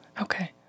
Okay